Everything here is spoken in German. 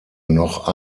noch